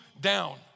down